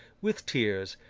with tears,